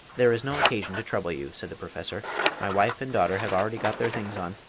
there is no occasion to trouble you, said the professor my wife and daughter have already got their things on,